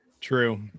true